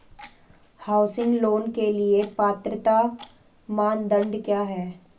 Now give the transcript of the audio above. Housing loan के लिए पात्रता मानदंड क्या हैं?